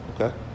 Okay